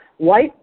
White